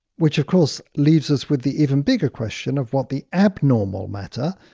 which of course leaves us with the even bigger question of what the abnormal matter,